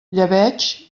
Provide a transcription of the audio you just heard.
llebeig